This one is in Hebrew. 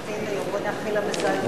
שלה מתחתן היום, בואו נאחל לה מזל טוב.